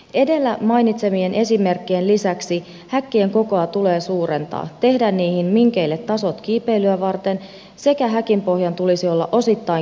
edellä mainitsemieni esimerkkien lisäksi häkkien kokoa tulee suurentaa tehdä minkeille tasot kiipeilyä varten sekä häkinpohjan tulisi olla osittain kiinteäpohjainen